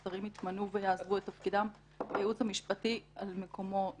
שרים יתמנו ויעזבו את תפקידם והייעוץ המשפטי על מקומו יעמוד.